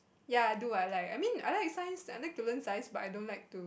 ya I do I like I mean I like science I like to learn science but I don't like to